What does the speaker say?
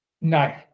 No